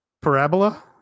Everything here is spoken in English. parabola